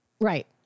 Right